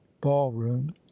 ballroom